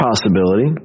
possibility